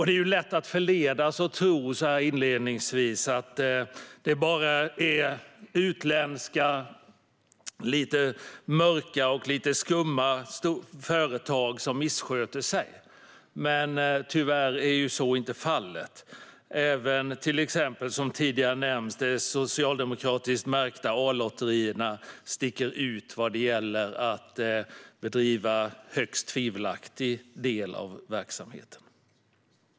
Det är lätt att förledas att tro att det bara är utländska, lite mörka och skumma företag som missköter sig, men tyvärr är så inte fallet. Som tidigare nämnts sticker även till exempel de socialdemokratiska A-lotterierna ut när det gäller att en del av verksamheten har bedrivits på ett högst tvivelaktigt sätt.